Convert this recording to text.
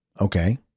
Okay